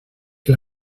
que